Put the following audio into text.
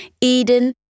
Eden